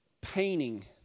painting